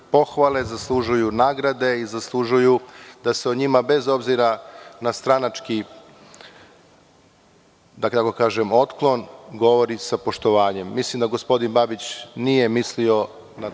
pohvale, nagrade i zaslužuju da se o njima bez obzira na stranački otklon govori sa poštovanjem. Mislim da gospodin Babić nije mislio na ono